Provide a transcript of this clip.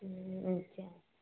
okay